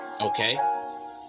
Okay